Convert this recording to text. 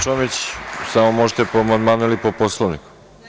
Koleginice Čomić samo možete po amandmanu ili po Poslovniku?